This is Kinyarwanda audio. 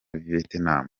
vietnam